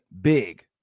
Big